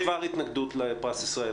יש כבר התנגדות לפרס ישראל,